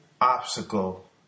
obstacle